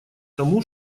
тому